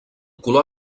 color